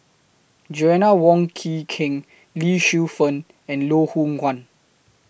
Joanna Wong Quee Keng Lee Shu Fen and Loh Hoong Kwan